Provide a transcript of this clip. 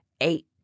eight